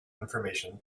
information